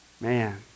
Man